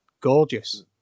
gorgeous